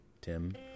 Tim